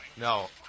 No